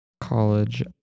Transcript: college